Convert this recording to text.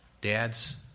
Dads